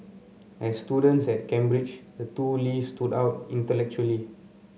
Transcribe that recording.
as students at Cambridge the two Lees stood out intellectually